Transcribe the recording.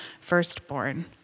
firstborn